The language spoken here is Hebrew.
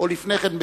או לפני כן,